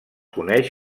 coneix